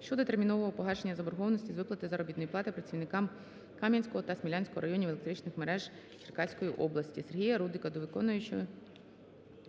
щодо термінового погашення заборгованості з виплати заробітної плати працівникам Кам'янського та Смілянського районів електричних мереж Черкаської області. Сергія Рудика до виконуючого